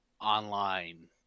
online